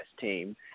team